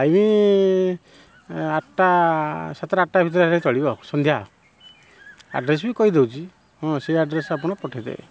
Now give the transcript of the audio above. time ଆଠଟା ସାତଟା ଆଠଟା ଭିତରେ ହେଲେ ଚଳିବ ସନ୍ଧ୍ୟା ଆଡ୍ରେସ୍ ବି କହିଦେଉଛି ହଁ ସେ ଆଡ୍ରେସ୍ରେ ଆପଣ ପଠାଇଦେବେ